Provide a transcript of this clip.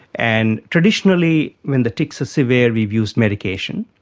and traditionally when the tics are severe we've used medication,